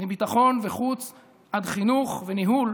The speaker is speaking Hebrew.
מביטחון וחוץ ועד חינוך, וניהול,